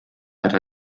era